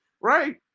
right